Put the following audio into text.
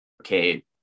okay